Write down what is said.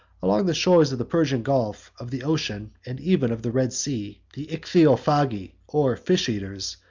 along the shores of the persian gulf, of the ocean, and even of the red sea, the icthyophagi, or fish eaters,